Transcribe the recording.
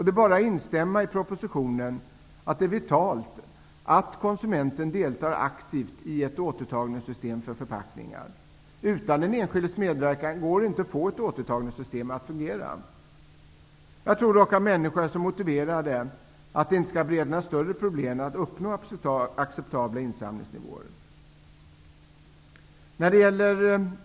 Det är bara att instämma i vad som sägs i propositionen, nämligen att det är vitalt att konsumenten deltar aktivt i ett återtagningssystem för förpackningar. Utan den enskildes medverkan går det inte att få ett återtagningssystem att fungera. Jag tror dock att människor är så motiverade att det inte skall bereda några större problem att uppnå acceptabla insamlingsnivåer.